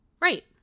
Right